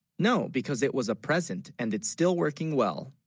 no, because it was a present and it's still working, well?